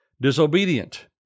disobedient